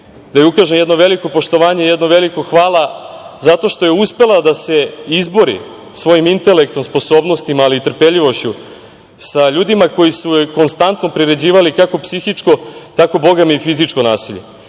da joj ukažem jedno veliko poštovanje, jedno veliko hvala, zato što je uspela da se izbori svojim intelektualnim sposobnostima, ali i trpeljivošću sa ljudima koji su joj konstantno priređivali kako psihičko, tako bogami i fizičko nasilje.